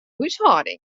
húshâlding